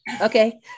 Okay